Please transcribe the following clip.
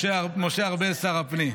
משה ארבל, שר הפנים,